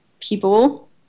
people